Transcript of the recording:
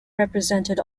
represented